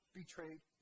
betrayed